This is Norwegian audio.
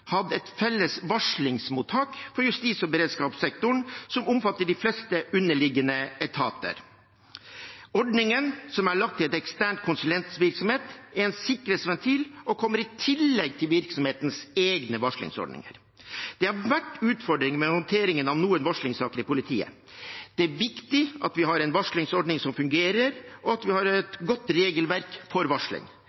et felles varslingsmottak for justis- og beredskapssektoren som omfatter de fleste underliggende etater. Ordningen, som er lagt til en ekstern konsulentvirksomhet, er en sikkerhetsventil og kommer i tillegg til virksomhetens egne varslingsordninger. Det har vært utfordringer med håndteringen av noen varslingssaker i politiet. Det er viktig at vi har en varslingsordning som fungerer, og at vi har et